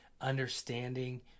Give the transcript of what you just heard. understanding